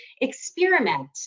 Experiment